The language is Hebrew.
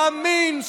ימין,